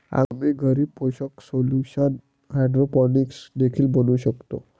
आम्ही घरी पोषक सोल्यूशन हायड्रोपोनिक्स देखील बनवू शकतो